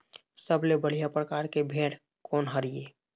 सबले बढ़िया परकार के भेड़ कोन हर ये?